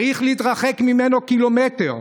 צריך להתרחק ממנו קילומטר.